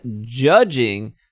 judging